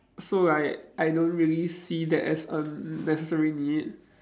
so like I don't really see that as a necessary need